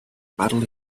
madly